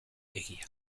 egia